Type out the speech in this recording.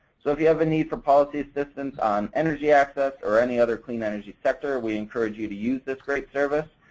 so if you have a need for policy assistance on energy access or any other clean energy sector, we encourage you to use this great service.